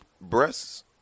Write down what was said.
breasts